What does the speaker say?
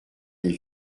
des